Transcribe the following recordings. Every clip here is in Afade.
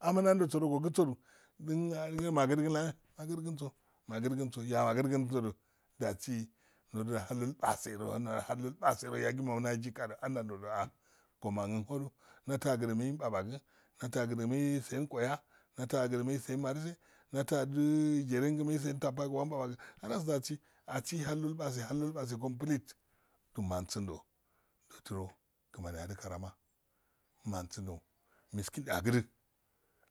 Ahma nandoso ogsudo dnmagdlah magdgn so magdnso magdnso yuht madanso du dasi ndo do da hallo ilpatse hallopatseroyagima ndajigadu anda ndo a omanguhadu mata agdi maipapag muta gdi mai tsenguya mata gol mai tsen marise mata ad gereng mai sen tappa go awan papag halas dasi ndasi halopapag halopapag ipase halopase kanpilid mansondo-mansodo kmani ahhadukarama mansindo miskin agd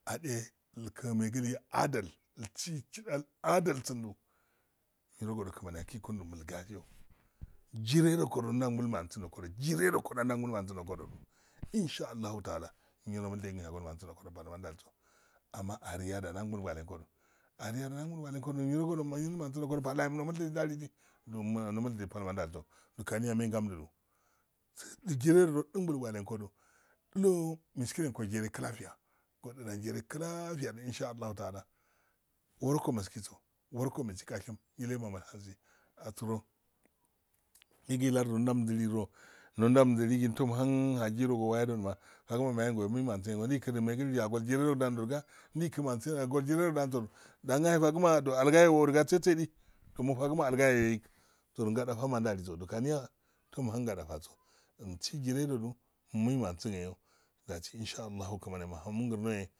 ane migris migri adatgi kundo mulgorio jirerokodo nduwa ngolmanso nokodu insha allahnu ta ala nyiro nul dekhe agol mansin nokodo ndalah amma ariyada ndan gol gwalekodo ariya ndangol gwakunkodu lu klafiya do insha allah taahla woroko mulkiso woroko nulski gashim yillaman mu ihansi assoro mugi lardoro ndandi lodo nondamdiliro toh muhanhajjirogowadoma fagma maytengoyo mainmansin engoyo ndikimaden agoljirerogo da ndikdi mansin agol jireroda mofagma ndo al gayt oilogesosodi mufagma algayeyoyik ma ndaliso tom hanga dafasomai maesin yeyo dasi insha allahu,